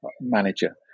manager